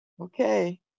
Okay